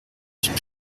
suis